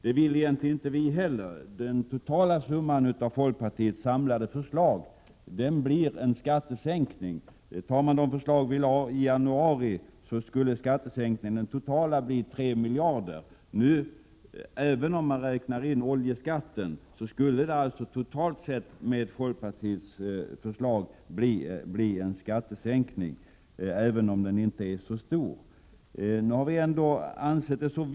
Det vill egentligen inte vi heller, och den totala effekten av folkpartiets samlade förslag blir en skattesänkning. Tar man de förslag vi lade fram i januari, blir den totala skattesänkningen 3 miljarder. Också om man räknar in oljeskatten, skulle det med folkpartiets förslag totalt sett bli en skattesänkning, även om den inte är så stor.